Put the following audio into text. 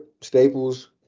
staples